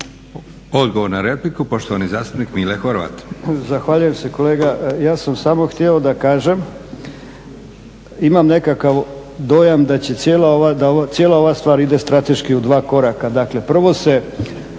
Odgovor na repliku, poštovani zastupnik Mile Horvat. **Horvat, Mile (SDSS)** Zahvaljujem se kolega. Ja sam samo htjeo da kažem, imam nekakav dojam da cijela ova stvar ide strateški u dva koraka. Dakle, prvo se